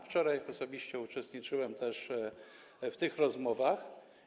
Wczoraj osobiście uczestniczyłem też w tych rozmowach.